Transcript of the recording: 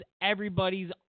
Everybody's